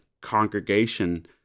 congregation